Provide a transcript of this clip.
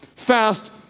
fast